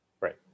right